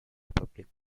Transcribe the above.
republic